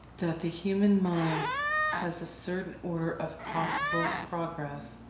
that the human mind has a certain order of possible progress,